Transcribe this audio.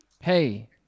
hey